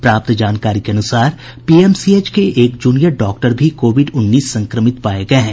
प्राप्त जानकारी के अनुसार पीएमसीएच के एक जूनियर डॉक्टर भी कोविड उन्नीस संक्रमित पाये गये हैं